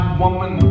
woman